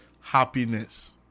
happiness